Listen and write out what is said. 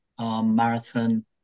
marathon